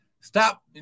Stop